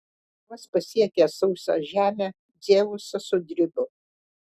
vos pasiekęs sausą žemę dzeusas sudribo